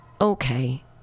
okay